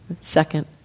second